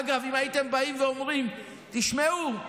אגב, אם הייתם באים ואומרים: תשמעו,